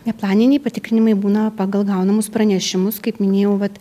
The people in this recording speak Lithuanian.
neplaniniai patikrinimai būna pagal gaunamus pranešimus kaip minėjau vat